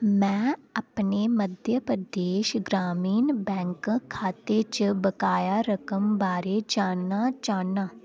में अपने मध्य प्रदेश ग्रामीण बैंक खाते च बकाया रकम बारै जानना चाह्न्नां